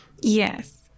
Yes